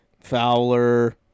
Fowler